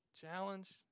Challenge